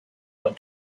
what